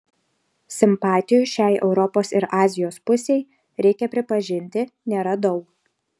simpatijų šiai europos ir azijos pusei reikia pripažinti nėra daug